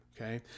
Okay